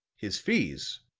his fees,